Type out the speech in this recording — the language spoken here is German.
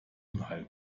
unheil